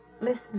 Listen